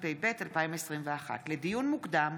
התשפ"ב 2021. לדיון מוקדם,